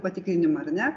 patikrinimą ar ne